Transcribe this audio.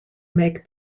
make